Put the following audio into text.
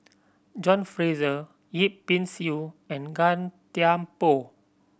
John Fraser Yip Pin Xiu and Gan Thiam Poh